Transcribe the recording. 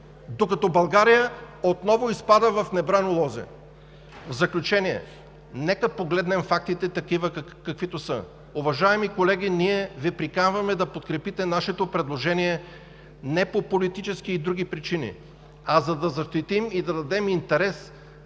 докато България отново изпада в небрано лозе. В заключение, нека погледнем фактите такива, каквито са. Уважаеми колеги, ние Ви приканваме да подкрепите нашето предложение не по политически и други причини, а за да защитим и дадем шанс